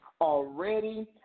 already